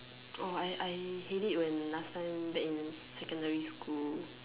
orh I I hate it when last time in secondary school